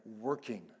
working